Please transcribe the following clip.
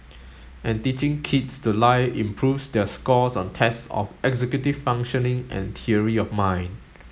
and teaching kids to lie improves their scores on tests of executive functioning and theory of mind